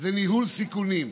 זה ניהול סיכונים.